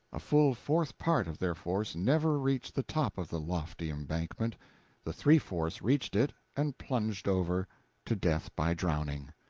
a full fourth part of their force never reached the top of the lofty embankment the three-fourths reached it and plunged over to death by drowning.